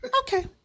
Okay